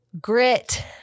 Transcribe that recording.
grit